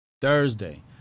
thursday